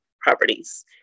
properties